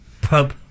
Pub